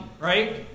right